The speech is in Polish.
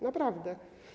Naprawdę.